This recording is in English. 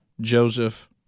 Joseph